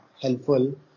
helpful